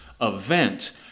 event